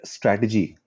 Strategy